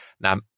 Now